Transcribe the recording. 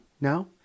now